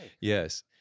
Yes